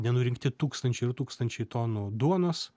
nenurinkti tūkstančiai ir tūkstančiai tonų duonos